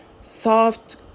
soft